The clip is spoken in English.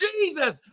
Jesus